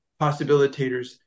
possibilitators